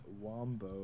Wombo